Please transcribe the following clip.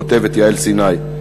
כותבת יעל סיני.